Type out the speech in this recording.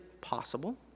possible